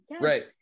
right